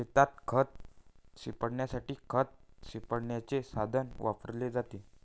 शेतात खत शिंपडण्यासाठी खत शिंपडण्याचे साधन वापरले जाते